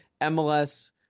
mls